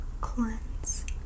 cleanse